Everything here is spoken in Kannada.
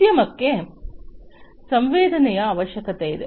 ಉದ್ಯಮಕ್ಕೆ ಸಂವೇದನೆಯ ಅವಶ್ಯಕತೆಯಿದೆ